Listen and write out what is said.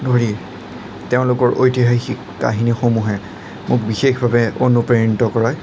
ধৰি তেওঁলোকৰ ঐতিহাসিক কাহিনীসমূহে মোক বিশেষভাৱে অনুপ্ৰাণিত কৰে